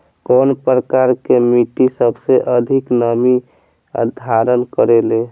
कउन प्रकार के मिट्टी सबसे अधिक नमी धारण करे ले?